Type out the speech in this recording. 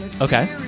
Okay